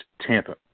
Tampa